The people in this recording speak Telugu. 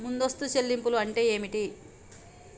ముందస్తు చెల్లింపులు అంటే ఏమిటి?